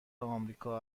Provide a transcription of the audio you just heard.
آمریکا